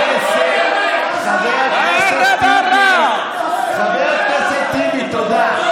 חבר הכנסת טיבי, חבר הכנסת טיבי, תודה.